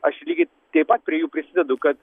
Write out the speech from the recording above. aš lygiai taip pat prie jų prisidedu kad